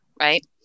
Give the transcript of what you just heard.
right